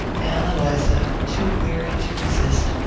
ann eliza, too weary to resist,